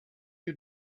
you